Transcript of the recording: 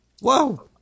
Whoa